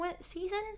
season